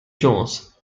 jones